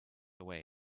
away